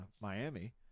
Miami